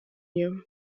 you